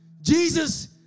Jesus